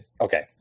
okay